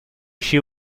she